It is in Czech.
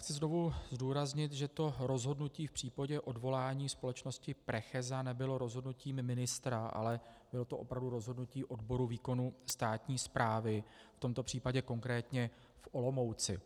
Chci znovu zdůraznit, že rozhodnutí v případě odvolání společnosti Precheza nebylo rozhodnutím ministra, ale bylo to opravdu rozhodnutí odboru výkonu státní správy, v tomto případě konkrétně v Olomouci.